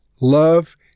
love